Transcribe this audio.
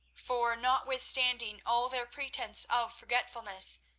for notwithstanding all their pretense of forgetfulness,